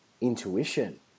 intuition